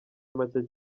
make